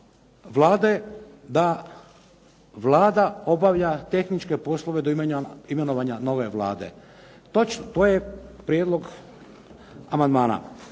Vlada obavlja tehničke poslove do imenovanja nove Vlade. Točno to je prijedlog amandmana.